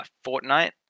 fortnight